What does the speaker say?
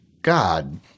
God